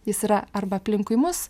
jis yra arba aplinkui mus